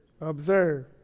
Observe